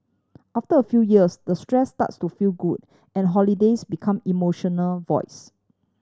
after a few years the stress starts to feel good and holidays become emotional voids